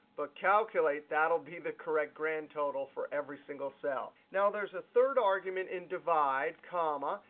but calculate, that'll be the correct grand total for every single cell. now, there's a third argument in divide. comma,